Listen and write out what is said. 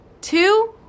Two